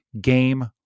game